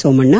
Somanna